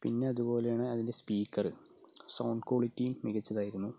പിന്നെ അതുപോലെയാണ് അതിൻ്റെ സ്പീക്കർ സൗണ്ട് ക്വാളിറ്റി മികച്ചതായിരുന്നു